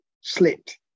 slipped